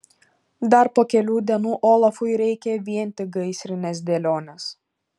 dar po kelių dienų olafui reikia vien tik gaisrinės dėlionės